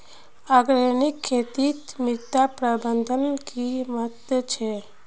organic खेतीत मृदा प्रबंधनेर कि महत्व छे